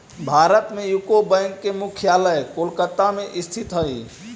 भारत में UCO bank के मुख्यालय कोलकाता में स्थित हइ